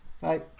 Bye